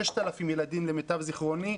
ששת אלפים ילדים למיטב זכרוני,